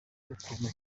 ukuntu